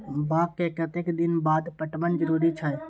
बाग के कतेक दिन के बाद पटवन जरूरी छै?